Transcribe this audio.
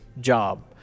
job